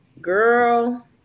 girl